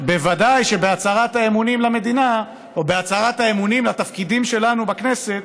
ודאי שבהצהרת האמונים למדינה או בהצהרת האמונים לתפקידים שלנו בכנסת